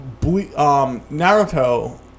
...Naruto